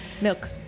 Milk